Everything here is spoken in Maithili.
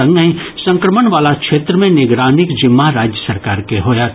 संगहि संक्रमण वला क्षेत्र मे निगरानीक जिम्मा राज्य सरकार के होयत